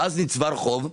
ואז נצבר חוב,